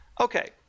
Okay